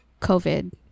covid